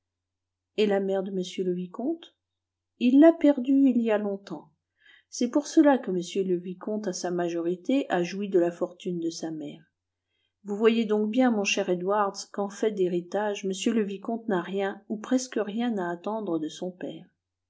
et la mère de m le vicomte il l'a perdue il y a longtemps c'est pour cela que m le vicomte à sa majorité a joui de la fortune de sa mère vous voyez donc bien mon cher edwards qu'en fait d'héritage m le vicomte n'a rien ou presque rien à attendre de son père